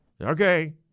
Okay